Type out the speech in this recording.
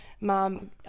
mom